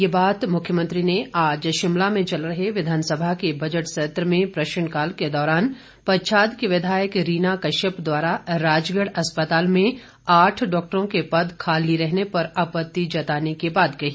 ये बात मुख्यमंत्री ने आज शिमला में चल रहे विधानसभा के बजट सत्र में प्रश्नकाल के दौरान पच्छाद की विधायक रीना कश्यप द्वारा राजगढ़ अस्पताल में आठ डॉक्टरों के पद खाली रहने पर आपत्ति जताने के बाद कही